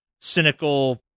cynical